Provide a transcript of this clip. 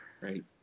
Right